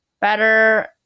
better